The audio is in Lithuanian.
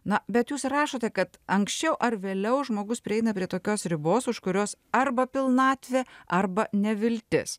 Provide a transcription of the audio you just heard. na bet jūs rašote kad anksčiau ar vėliau žmogus prieina prie tokios ribos už kurios arba pilnatvė arba neviltis